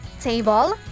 table